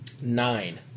Nine